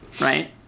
right